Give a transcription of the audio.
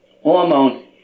hormone